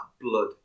blood